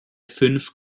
fünf